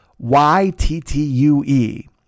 Y-T-T-U-E